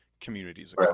communities